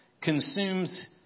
consumes